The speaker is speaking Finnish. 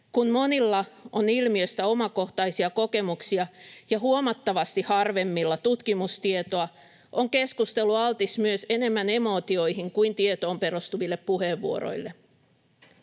Kun monilla on ilmiöstä omakohtaisia kokemuksia ja huomattavasti harvemmilla tutkimustietoa, on keskustelu altis myös enemmän emootioihin kuin tietoon perustuville puheenvuoroille.